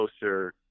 closer